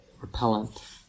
repellent